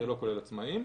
זה לא כולל עצמאים,